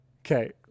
Okay